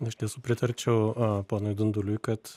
iš tiesų pritarčiau ponui dunduliui kad